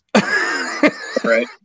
Right